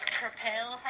propel